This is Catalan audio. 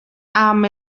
amb